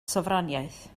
sofraniaeth